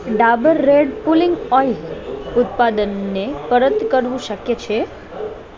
Dabur red pulling oil ઉત્પાદનને પરત કરવું શક્ય છે